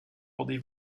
rendez